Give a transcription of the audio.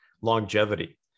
longevity